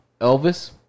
Elvis